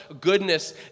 goodness